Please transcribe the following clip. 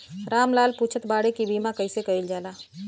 राम लाल पुछत बाड़े की बीमा कैसे कईल जाला?